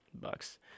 Bucks